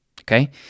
okay